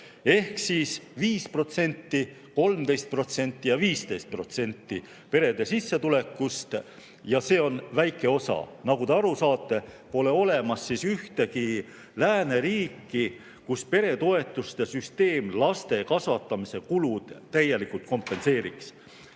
ehk 5%, 13% ja 15% pere sissetulekust. See on väike osa, nagu te aru saate. Pole olemas ühtegi lääneriiki, kus peretoetuste süsteem laste kasvatamise kulusid täielikult kompenseeriks,